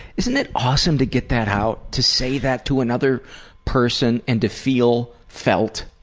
isn't it awesome to get that out, to say that to another person and to feel felt?